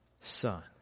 son